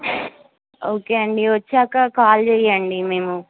okay అండి వచ్చాక call చేయండి మేము